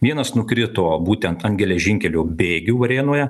vienas nukrito būtent ant geležinkelio bėgių varėnoje